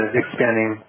expanding